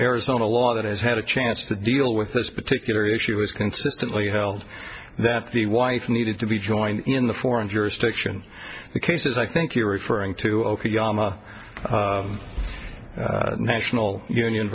arizona law that has had a chance to deal with this particular issue has consistently held that the wife needed to be joined in the foreign jurisdiction the cases i think you are referring to ok yama national union